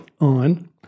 on